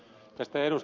tästä ed